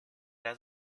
era